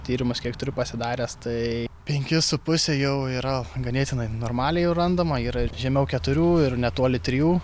tyrimus kiek turiu pasidaręs tai penki su puse jau yra ganėtinai normaliai jau randama yra žemiau keturių ir netoli trijų